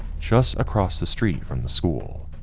just across the street from the school.